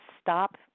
Stop